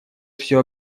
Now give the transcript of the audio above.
все